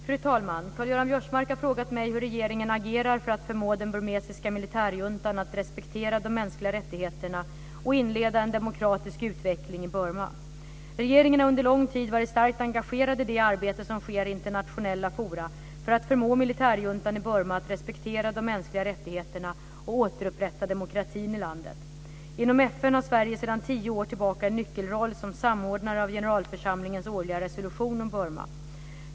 Fru talman! Karl-Göran Biörsmark har frågat mig hur regeringen agerar för att förmå den burmesiska militärjuntan att respektera de mänskliga rättigheterna och inleda en demokratisk utveckling i Burma. Regeringen har under lång tid varit starkt engagerad i det arbete som sker i internationella forum för att förmå militärjuntan i Burma att respektera de mänskliga rättigheterna och återupprätta demokratin i landet. Inom FN har Sverige sedan tio år tillbaka en nyckelroll som samordnare av generalförsamlingens årliga resolution om Burma.